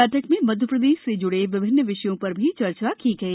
बैठक में मध्य प्रदेश से ज्डे विभिन्न विषयों पर भी चर्चा की गई